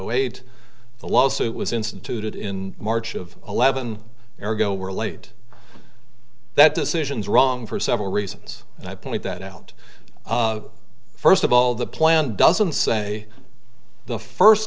eight the lawsuit was instituted in march of eleven or go we're late that decisions wrong for several reasons and i point that out first of all the plan doesn't say the first